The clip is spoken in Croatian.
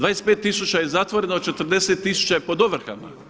25 tisuća je zatvoreno, a 40 tisuća je pod ovrhama.